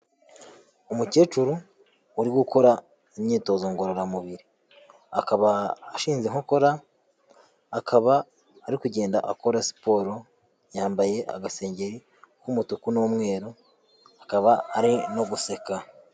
Umukecuru uri gukora imyitozo ngororamubiri, akaba ashinze inkokora, akaba ari kugenda akora siporo, yambaye agasengeri k'umutuku n'umweru, akaba ari no guseka.